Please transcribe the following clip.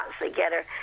together